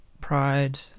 Pride